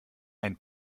ein